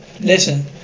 Listen